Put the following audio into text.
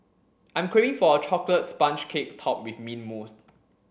I'm craving for a chocolate sponge cake topped with mint mousse